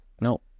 No